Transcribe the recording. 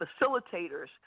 facilitators